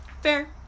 Fair